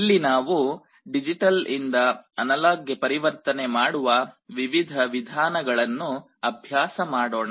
ಇಲ್ಲಿ ನಾವು ಡಿಜಿಟಲ್ ಇಂದ ಅನಲಾಗ್ ಪರಿವರ್ತನೆ ಮಾಡುವ ವಿವಿಧ ವಿಧಾನಗಳನ್ನು ಅಭ್ಯಾಸ ಮಾಡೋಣ